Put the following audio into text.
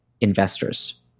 investors